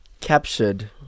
captured